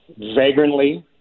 vagrantly